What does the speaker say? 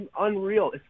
unreal